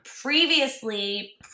previously